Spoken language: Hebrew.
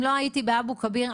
אם לא הייתי באבו כביר,